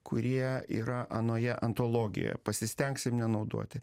kurie yra anoje antologijoj pasistengsim nenaudoti